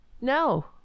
No